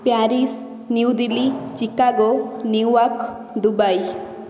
Paris New Delhi Chicago New York Dubai